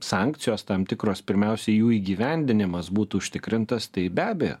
sankcijos tam tikros pirmiausia jų įgyvendinimas būtų užtikrintas tai be abejo